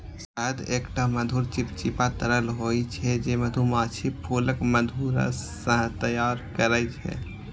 शहद एकटा मधुर, चिपचिपा तरल होइ छै, जे मधुमाछी फूलक मधुरस सं तैयार करै छै